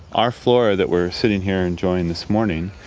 our flora that we're sitting here enjoying this morning,